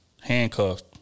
handcuffed